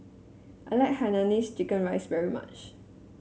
I like Hainanese Chicken Rice very much